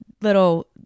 little